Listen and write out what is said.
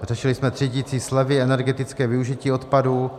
Řešili jsme třídicí slevy, energetické využití odpadu.